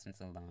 alone